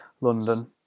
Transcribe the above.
London